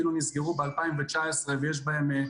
יש בעיה.